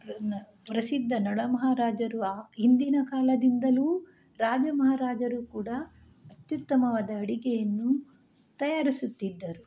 ಪ್ರಸಿದ್ಧ ನಳಮಹಾರಾಜರು ಆ ಹಿಂದಿನ ಕಾಲದಿಂದಲೂ ರಾಜಮಹಾರಾಜರೂ ಕೂಡ ಅತ್ಯುತ್ತಮವಾದ ಅಡಿಗೆಯನ್ನು ತಯಾರಿಸುತ್ತಿದ್ದರು